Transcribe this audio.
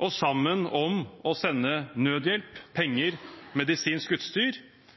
og sammen om å sende nødhjelp, penger og medisinsk utstyr.